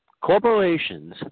Corporations